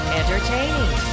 entertaining